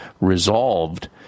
resolved